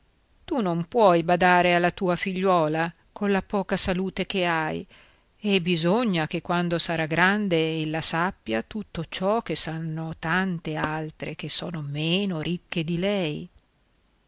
tu non puoi badare alla tua figliuola colla poca salute che hai e bisogna che quando sarà grande ella sappia tutto ciò che sanno tante altre che sono meno ricche di lei